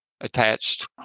attached